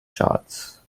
charts